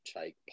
take